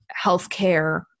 healthcare